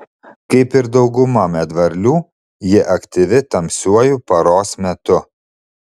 kaip ir dauguma medvarlių ji aktyvi tamsiuoju paros metu